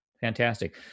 fantastic